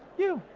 you.